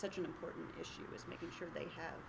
such an important issue making sure they